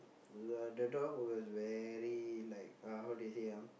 uh the dog was very like uh how they say ah